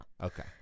Okay